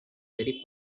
very